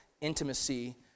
intimacy